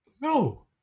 No